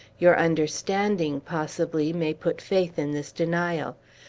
your understanding, possibly, may put faith in this denial.